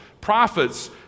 prophets